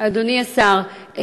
אדוני השר,